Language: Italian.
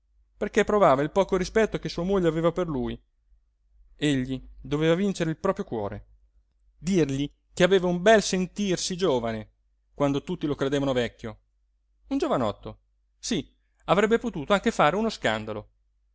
perché provava il poco rispetto che sua moglie aveva per lui egli doveva vincere il proprio cuore dirgli che aveva un bel sentirsi giovane quando tutti lo credevano vecchio un giovanotto sí avrebbe potuto anche fare uno scandalo